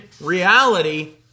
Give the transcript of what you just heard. reality